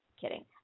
kidding